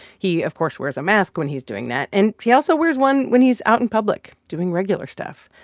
he, of course, wears a mask when he's doing that, and he also wears one when he's out in public doing regular stuff.